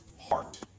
heart